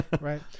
right